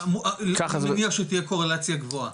אני מניח שתהיה קורלציה גבוהה.